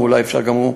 אולי אפשר שגם הוא,